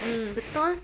mm betul